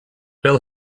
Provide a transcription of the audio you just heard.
bill